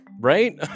right